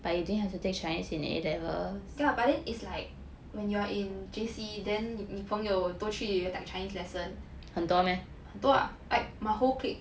ya but then is like when you are in J_C then 你朋友都去 like chinese lesson 很多 lah my whole clique